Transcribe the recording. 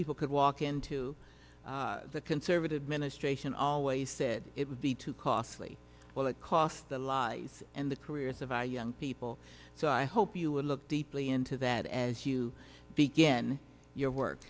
people could walk into the conservative administration always said it would be too costly will it cost the lives and the careers of our young people so i hope you will look deeply into that as you begin your work